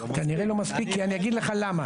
מספיק, ואגיד לך למה.